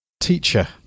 teacher